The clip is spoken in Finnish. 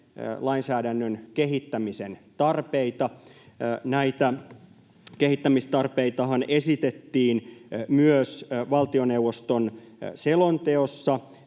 lainsäädännön kehittämisen tarpeita. Näitä kehittämistarpeitahan esitettiin myös valtioneuvoston selonteossa